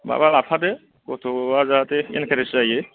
माबा लाफादो गथ'आ जाहाथे एनखारेस्ट जायो